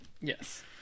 Yes